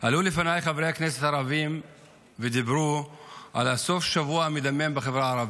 עלו לפניי חברי הכנסת הערבים ודיברו על סוף השבוע המדמם בחברה הערבית,